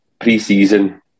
pre-season